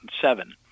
seven